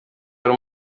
wari